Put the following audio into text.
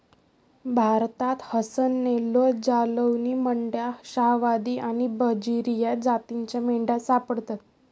भारतात हसन, नेल्लोर, जालौनी, मंड्या, शाहवादी आणि बजीरी या जातींच्या मेंढ्या सापडतात